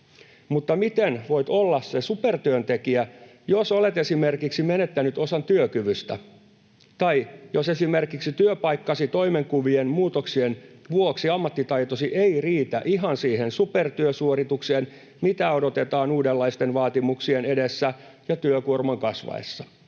Mutta miten voit olla se supertyöntekijä, jos olet esimerkiksi menettänyt osan työkyvystä tai jos esimerkiksi työpaikkasi toimenkuvien muutoksien vuoksi ammattitaitosi eivät riitä ihan siihen supertyösuoritukseen, mitä odotetaan uudenlaisten vaatimuksien edessä ja työkuorman kasvaessa?